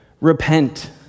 repent